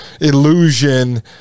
illusion